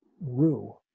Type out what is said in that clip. rue